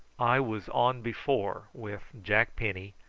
i was on before with jack penny,